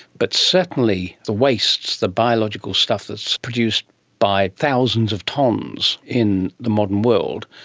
but certainly the wastes, the biological stuff that's produced by thousands of tonnes in the modern world,